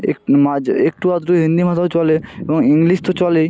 এক মাঝে একটু আধটু হিন্দি ভাষাও চলে এবং ইংলিশ তো চলেই